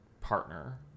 partner